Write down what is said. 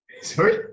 Sorry